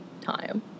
time